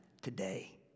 today